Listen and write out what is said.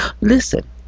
Listen